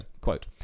quote